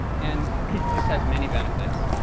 and this has many benefits.